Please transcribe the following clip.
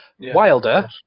Wilder